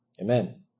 amen